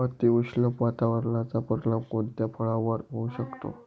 अतिउष्ण वातावरणाचा परिणाम कोणत्या फळावर होऊ शकतो?